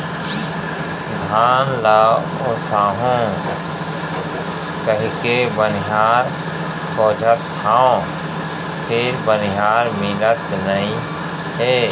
धान ल ओसाहू कहिके बनिहार खोजत हँव फेर बनिहार मिलत नइ हे